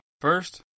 First